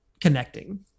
connecting